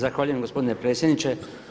Zahvaljujem gospodine predsjedniče.